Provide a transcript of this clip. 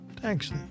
Thanks